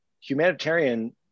humanitarian